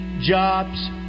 jobs